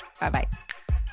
Bye-bye